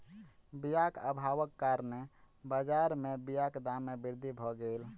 बीयाक अभावक कारणेँ बजार में बीयाक दाम में वृद्धि भअ गेल